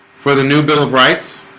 for the new bill of rights